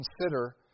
consider